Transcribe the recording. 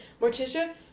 Morticia